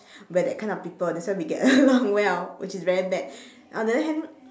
we're that kind of people that's why we get along well which is very bad on the other hand